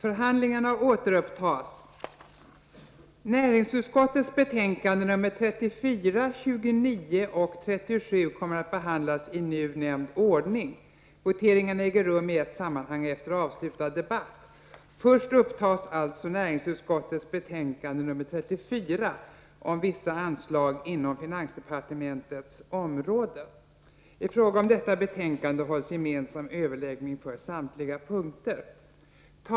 Kulturutskottets betänkanden 22 och 21 kommer att behandlas i nu nämnd ordning. Voteringarna äger rum i ett sammanhang efter avslutad debatt. Först upptas alltså kulturutskottets betänkande 22 om turistoch rekreationspolitiken m.m.